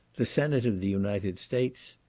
the senate of the united states.